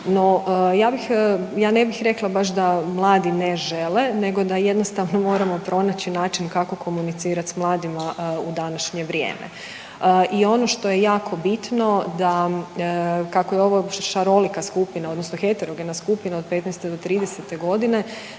ja ne bih rekla baš da mladi ne žele nego da jednostavno moramo pronaći način kako komunicirati s mladima u današnje vrijeme i ono što je jako bitno da, kako je ovo šarolika skupina, odnosno heterogena skupina od 15-30 godine,